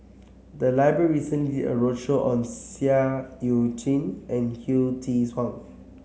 the library recently a roadshow on Seah Eu Chin and Hsu Tse Kwang